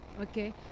okay